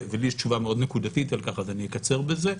לי יש תשובה מאוד נקודתית על כך אז אני אקצר בזה,